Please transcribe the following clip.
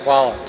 Hvala.